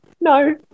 No